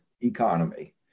economy